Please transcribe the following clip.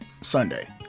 Sunday